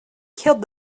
killed